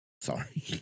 Sorry